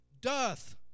doth